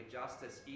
justice